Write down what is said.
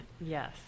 Yes